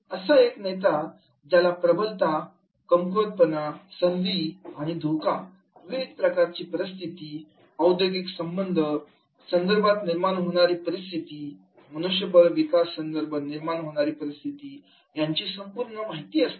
एक असा नेता ज्याला प्रबलता कमकुवतपणा संधी आणि धोका विविध प्रकारची परिस्थिती औद्योगिक संबंध संदर्भात निर्माण होणारी परिस्थिती मनुष्यबळ विकास संदर्भात निर्माण होणारी परिस्थिती याची संपूर्ण माहिती आहे